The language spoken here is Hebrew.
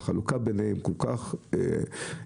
והחלוקה ביניהן כל כך גדולה,